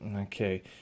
okay